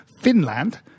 Finland